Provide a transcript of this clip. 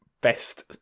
Best